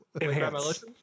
Enhance